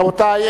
רבותי,